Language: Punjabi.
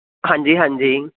ਹਾਂਜੀ ਹਾਂਜੀ